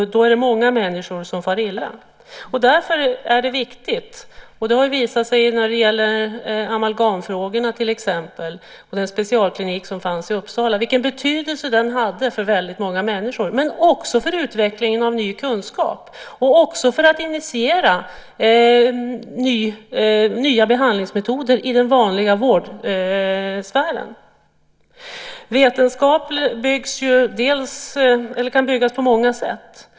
Då far många människor illa. Det har visat sig när det till exempel gäller amalgamfrågorna och den specialklinik som fanns i Uppsala vilken stor betydelse den hade för många människor, men också för utvecklingen av ny kunskap och för initierandet av nya behandlingsmetoder i den vanliga vårdsfären. Vetenskap kan byggas på många sätt.